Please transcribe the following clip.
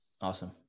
Awesome